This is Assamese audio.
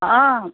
অঁ